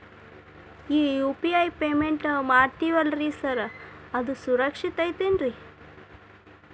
ಈ UPI payment ಮಾಡ್ತೇವಿ ಅಲ್ರಿ ಸಾರ್ ಅದು ಸುರಕ್ಷಿತ್ ಐತ್ ಏನ್ರಿ?